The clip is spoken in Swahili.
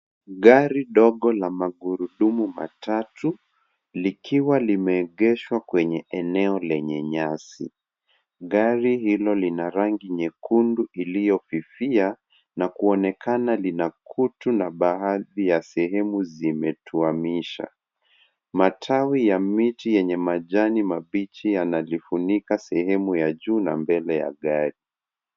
Gari dogo la magurudumu matatu likiwa limeegeshwa kwenye eneo lenye nyasi. Gari hilo lina rangi nyekundu iliyofifia na kuonekana lina kutu na baadhi ya sehemu zimetwamishwa. Matawi ya miti yenye majani mabichi yanajifunika sehemu ya juu na mbele ya gari.